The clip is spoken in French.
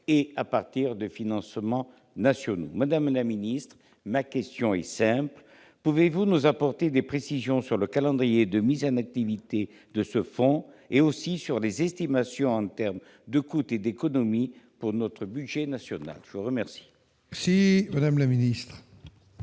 et à partir de financements nationaux. Madame la ministre, ma question est simple : pouvez-vous nous apporter des précisions sur le calendrier de mise en activité de ce fonds ainsi que sur les estimations en termes de coûts et d'économies pour notre budget national ? La parole est à Mme la ministre.